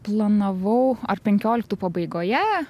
planavau ar penkioliktų pabaigoje